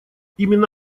именно